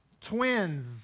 twins